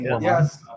Yes